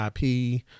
IP